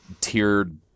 tiered